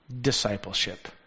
discipleship